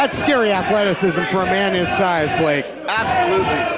but scary athleticism for a man his size, blake. absolutely